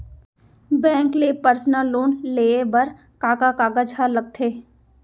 Bank ले personal loan लेये बर का का कागजात ह लगथे?